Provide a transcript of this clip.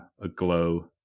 aglow